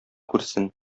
күрсен